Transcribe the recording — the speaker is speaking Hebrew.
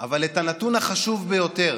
אבל את הנתון החשוב ביותר